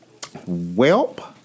Welp